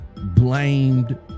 blamed